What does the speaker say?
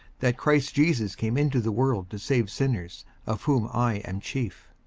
that christ jesus came into the world to save sinners of whom i am chief.